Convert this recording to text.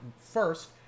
first